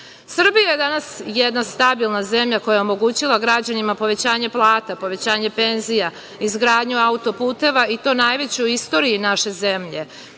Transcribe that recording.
je danas jedna stabilna zemlja koja je omogućila građanima povećanje plata, povećanje penzija, izgradnju auto-puteva i to najveće u istoriji naše zemlje,